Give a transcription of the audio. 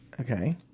Okay